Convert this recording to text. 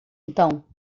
então